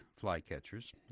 flycatchers